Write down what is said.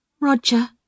Roger